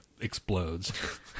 explodes